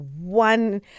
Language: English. one